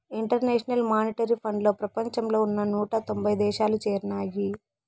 international monetary ఫండ్లో ప్రపంచంలో ఉన్న నూట తొంభై దేశాలు చేరినాయి